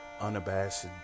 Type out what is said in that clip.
unabashed